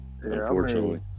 unfortunately